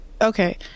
Okay